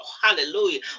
hallelujah